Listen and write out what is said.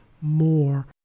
more